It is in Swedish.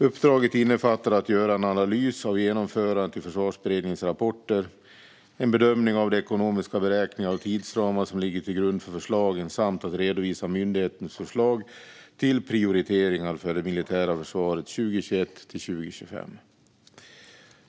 Uppdraget innefattar att göra en analys av genomförbarheten i Försvarsberedningens rapporter, en bedömning av de ekonomiska beräkningar och tidsramar som ligger till grund för förslagen samt att redovisa myndighetens förslag till prioriteringar för det militära försvaret 2021-2025.